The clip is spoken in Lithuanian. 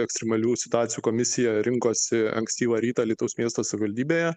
ekstremalių situacijų komisija rinkosi ankstyvą rytą alytaus miesto savivaldybėje